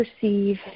Perceive